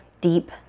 deep